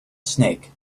snake